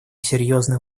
серьезный